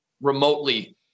remotely